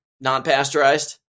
non-pasteurized